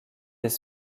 des